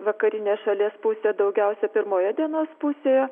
vakarinėj šalies pusėj daugiausiai pirmoje dienos pusėje